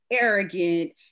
arrogant